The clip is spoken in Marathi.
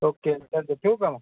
ओके चालतं आहे ठेऊ का मग